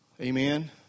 Amen